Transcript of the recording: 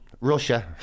Russia